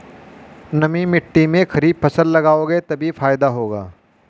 नमी मिट्टी में खरीफ फसल लगाओगे तभी फायदा होगा